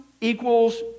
equals